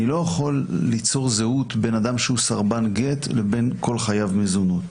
אני לא יכול ליצור זהות בין אדם שהוא סרבן גט לבין כל חייב מזונות.